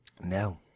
No